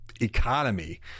economy